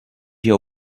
your